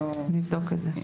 נבדוק את זה.